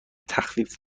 تخفیف